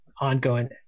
ongoing